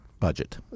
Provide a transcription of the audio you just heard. budget